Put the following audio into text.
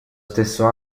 stesso